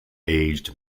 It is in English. aged